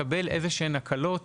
מקבל איזה שהן הקלות